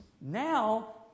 Now